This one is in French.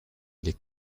les